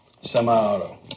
semi-auto